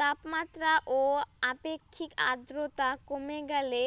তাপমাত্রা ও আপেক্ষিক আদ্রর্তা কমে গেলে